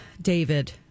David